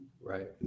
Right